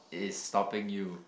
is stopping you